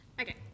Okay